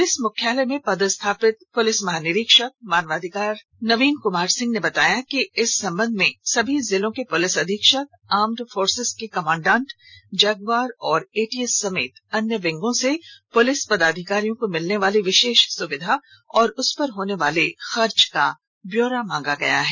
police मुख्यालय मे पदस्थापित पुलिस महानिरीक्षक मानवाधिकार नवीन कमार सिंह ने बताया कि इस संबंध में समी जिलों के पुलिस अधीक्षक आर्मड फोर्सेज के कमांडेंट जगुआर और एटीएस समेत अन्य विंगों से पुलिस पदाधिकारियों को मिलने वाली विशेष सुविधा और उसपर होनेवाले खर्च का ब्यौरा मांगा है